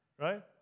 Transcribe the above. right